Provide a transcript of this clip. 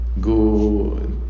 go